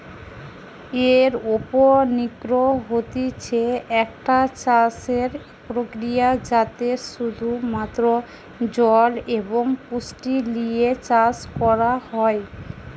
aeroponics হতিছে একটা চাষসের প্রক্রিয়া যাতে শুধু মাত্র জল এবং পুষ্টি লিয়ে চাষ করা হয়